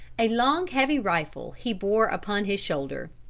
a long heavy rifle he bore upon his shoulder.